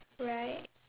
right